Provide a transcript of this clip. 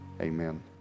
amen